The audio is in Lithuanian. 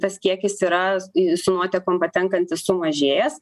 tas kiekis yra su nuotekom patenkantis sumažėjęs